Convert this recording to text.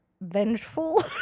vengeful